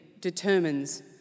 determines